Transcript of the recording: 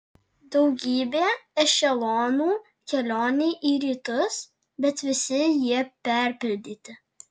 daugybė ešelonų kelionei į rytus bet visi jie perpildyti